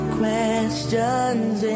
questions